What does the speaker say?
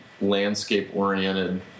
landscape-oriented